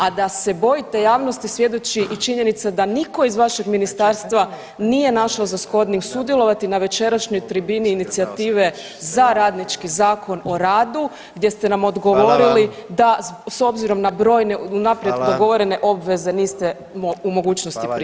A da se bojite javnosti svjedoči i činjenica da nitko iz vašeg ministarstva nije našao za shodnim sudjelovati na večerašnjoj tribini inicijative za radnički zakon o radu gdje ste nam odgovorili da [[Upadica: Hvala vam.]] s obzirom na brojne unaprijed dogovorene obveze [[Upadica: Hvala.]] niste u mogućnosti prisustvovati.